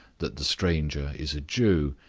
that the stranger is a jew,